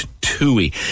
Tui